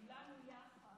אדוני היושב-ראש,